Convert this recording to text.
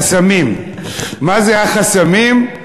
מה זה החסמים?